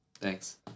Thanks